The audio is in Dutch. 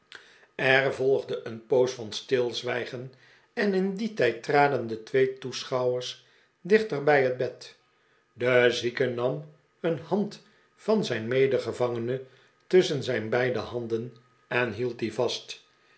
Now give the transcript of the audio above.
er volgde een poos van stilzwijgen en in dien tijd traden de twee toeschouwers dichter bij het bed de zieke nam een hand van zijn medegevangene tusschen zijn beide handen en hield die vast